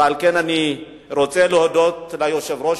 ועל כן אני רוצה להודות ליושב-ראש,